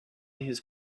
his